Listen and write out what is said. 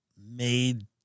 made